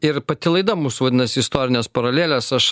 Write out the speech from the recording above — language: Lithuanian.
ir pati laida mūsų vadinasi istorinės paralelės aš